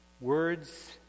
words